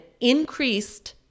increased